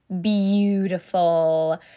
Beautiful